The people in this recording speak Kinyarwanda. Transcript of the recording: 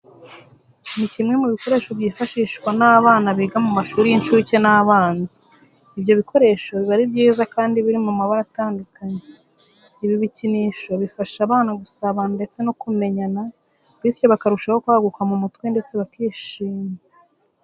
Ni kimwe mu bikoresho byifashishwa n'abana biga mu mashuri y'incuke n'abanza. Ibyo bikoresho biba ari byiza kandi biri mu mabara atandukanye. Ibi bikinisho bifasha abana gusabana ndetse no kumenyana bityo bakarushaho kwaguka mu mutwe ndetse bakishima.